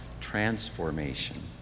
transformation